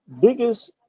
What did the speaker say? biggest